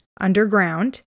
underground